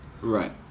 right